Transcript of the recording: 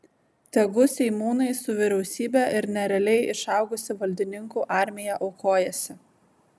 tegu seimūnai su vyriausybe ir nerealiai išaugusi valdininkų armija aukojasi